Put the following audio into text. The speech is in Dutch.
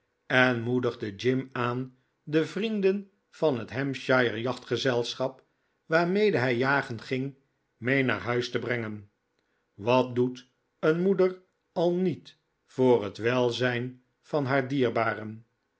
en moedigde jim aan de vrienden van het hampshire jachtgezelschap waarmede hij jagen ging mee naar huis te brengen wat doet een moeder al niet voor het welzijn van haar dierbaren